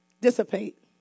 Dissipate